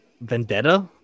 vendetta